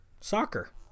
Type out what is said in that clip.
Soccer